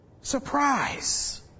Surprise